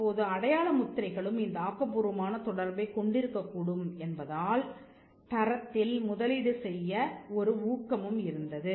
இப்போது அடையாள முத்திரைகளும் இந்த ஆக்கபூர்வமான தொடர்பைக் கொண்டிருக்கக் கூடும் என்பதால் தரத்தில் முதலீடு செய்ய ஒரு ஊக்கமும் இருந்தது